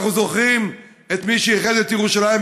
אנחנו זוכרים את מי שאיחד את ירושלים,